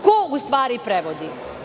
Ko u stvari prevodi?